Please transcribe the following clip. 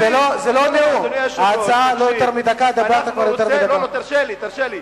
הפלאשמורה, האחים שלכם ברוסיה.